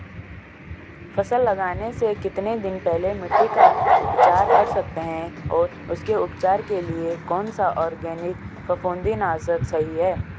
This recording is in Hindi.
फसल लगाने से कितने दिन पहले मिट्टी का उपचार कर सकते हैं और उसके उपचार के लिए कौन सा ऑर्गैनिक फफूंदी नाशक सही है?